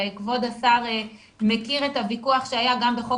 וכבוד השר מכיר את הוויכוח שהיה גם בחוק